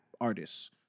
artists